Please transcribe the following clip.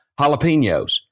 jalapenos